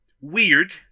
weird